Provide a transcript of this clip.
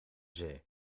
zee